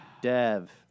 Dev